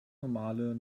normale